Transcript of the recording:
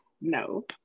no